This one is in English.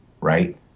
Right